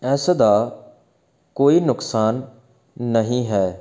ਇਸ ਦਾ ਕੋਈ ਨੁਕਸਾਨ ਨਹੀਂ ਹੈ